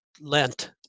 Lent